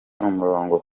umurongo